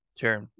Sure